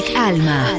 Alma